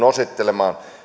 osittelemaan